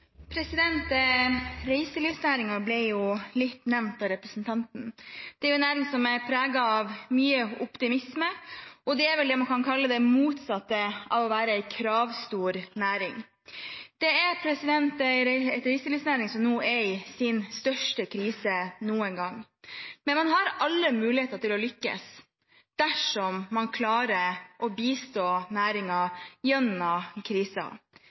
en næring som er preget av mye optimisme, og den er vel det motsatte av det man kan kalle en kravstor næring. Det er en reiselivsnæring som nå er i sin største krise noen gang, men man har alle muligheter til å lykkes dersom man klarer å bistå næringen gjennom